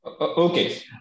okay